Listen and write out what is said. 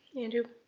andrew